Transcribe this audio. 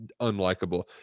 unlikable